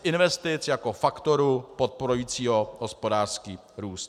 Investic jako faktoru podporujícího hospodářský růst.